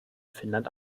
finnland